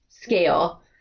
scale